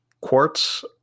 Quartz